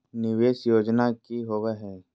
निवेस योजना की होवे है?